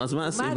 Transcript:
אז מה עשינו?